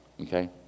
okay